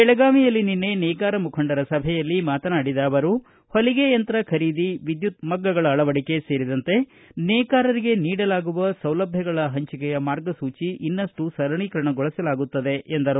ಬೆಳಗಾವಿಯಲ್ಲಿ ನಿನ್ನೆ ನೇಕಾರ ಮುಖಂಡರ ಸಭೆಯಲ್ಲಿ ಮಾತನಾಡಿದ ಅವರು ಹೊಲಿಗೆ ಯಂತ್ರ ಖರೀದಿ ವಿದ್ಯುತ್ ಮಗ್ಗಗಳ ಅಳವಡಿಕೆ ಸೇರಿದಂತೆ ನೇಕಾರರಿಗೆ ನೀಡಲಾಗುವ ಸೌಲಭ್ವಗಳ ಪಂಚಿಕೆಯ ಮಾರ್ಗಸೂಚಿ ಇನ್ನಷ್ಟು ಸರಳೀಕರಣಗೊಳಿಸಲಾಗುತ್ತಿದೆ ಎಂದರು